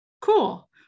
cool